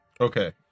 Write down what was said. Okay